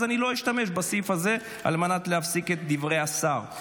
אני לא אשתמש בסעיף הזה על מנת להפסיק את דברי השר.